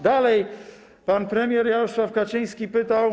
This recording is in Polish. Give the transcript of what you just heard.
Dalej pan premier Jarosław Kaczyński pytał.